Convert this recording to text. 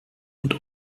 und